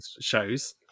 shows